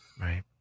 right